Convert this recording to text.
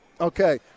Okay